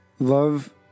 Love